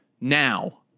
now